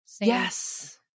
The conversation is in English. Yes